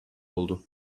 oldu